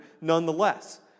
nonetheless